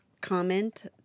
comment